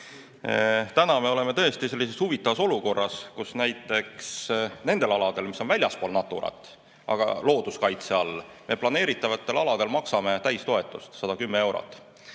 Täna me oleme sellises huvitavas olukorras, kus näiteks nendel aladel, mis on väljaspool Naturat, aga looduskaitse all, me planeeritavatel aladel maksame täistoetust 110 eurot.